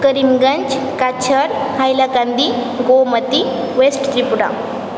Karimganj Cachar Hailakandi Gomati West Tripura